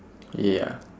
ya